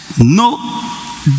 no